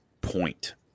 point